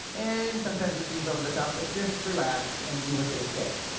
and sometimes it seems over the top, but just relax and do what they say.